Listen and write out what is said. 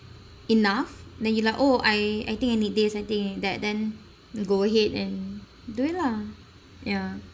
enough then you like oh I I think I need this I think I need that then go ahead and do it lah yeah